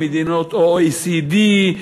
מדינותOECD ,